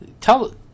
Tell